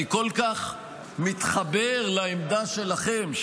אני כל כך מתחבר לעמדה שלכם,